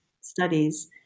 studies